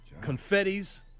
Confetti's